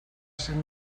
cent